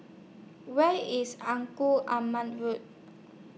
Where IS Engku Aman Road